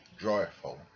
joyful